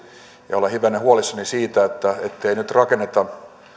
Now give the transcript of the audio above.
ja olen hivenen huolissani siitä ettei nyt rakenneta